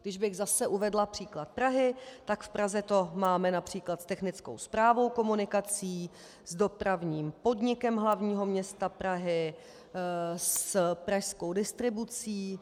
Kdybych zase uvedla příklad Prahy, tak v Praze to máme například s Technickou správou komunikací, s Dopravním podnikem hlavního města Prahy, s Pražskou distribucí atd.